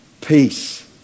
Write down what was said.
peace